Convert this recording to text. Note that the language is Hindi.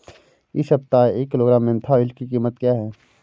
इस सप्ताह एक किलोग्राम मेन्था ऑइल की कीमत क्या है?